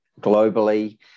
globally